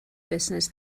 business